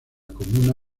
comuna